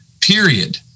Period